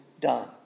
done